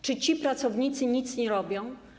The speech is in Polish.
Czy ci pracownicy nic nie robią?